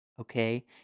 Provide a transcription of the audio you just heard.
Okay